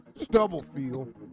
Stubblefield